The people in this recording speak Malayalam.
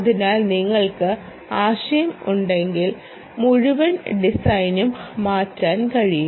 അതിനാൽ നിങ്ങൾക്ക് ആശയം ഉണ്ടെങ്കിൽ മുഴുവൻ ഡിസൈനും മാറ്റാൻ കഴിയും